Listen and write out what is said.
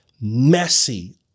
messy